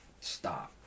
stop